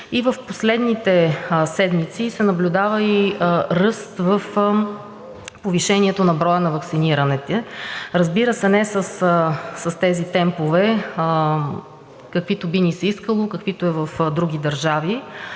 и в последните седмици се наблюдава и ръст в повишението на броя на ваксинираните, разбира се, не с тези темпове, каквито би ни се искало, каквито са в други държави.